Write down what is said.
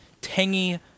tangy